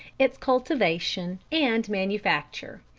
its cultivation and manufacture.